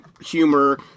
humor